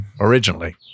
originally